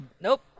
Nope